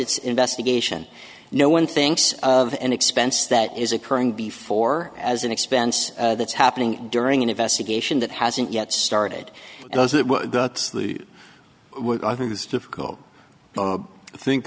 its investigation no one thinks of an expense that is occurring before as an expense that's happening during an investigation that hasn't yet started does it that's the what i think is difficult but think